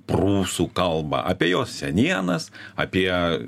prūsų kalbą apie jos senienas apie